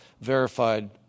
verified